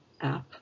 app